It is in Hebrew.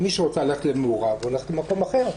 מי שרוצה ללכת למעורב, הולכת למקום אחר.